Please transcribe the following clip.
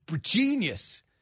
genius